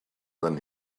than